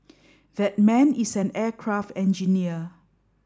that man is an aircraft engineer